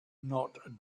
not